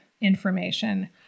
information